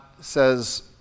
says